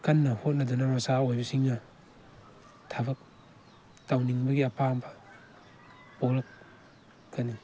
ꯀꯟꯅ ꯍꯣꯠꯅꯗꯨꯅ ꯃꯆꯥ ꯑꯣꯏꯕꯁꯤꯡꯅ ꯊꯕꯛ ꯇꯧꯅꯤꯡꯕꯒꯤ ꯑꯄꯥꯝꯕ ꯄꯣꯛꯂꯛꯀꯅꯤ